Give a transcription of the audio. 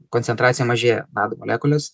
koncentracija mažėja nad molekulės